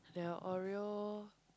their Oreo